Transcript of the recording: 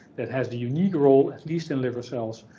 that has the unique role, at least in liver cells,